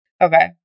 Okay